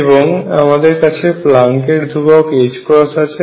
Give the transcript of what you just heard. এবং আমদের কাছে প্লাংক এর ধ্রুবক আছে